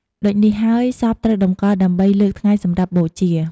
ដូចនេះហើយសពត្រូវតម្កល់ដើម្បីលើកថ្ងៃសម្រាប់បូជា។